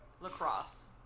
lacrosse